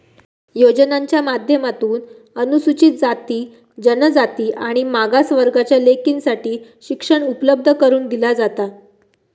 योजनांच्या माध्यमातून अनुसूचित जाती, जनजाति आणि मागास वर्गाच्या लेकींसाठी शिक्षण उपलब्ध करून दिला जाता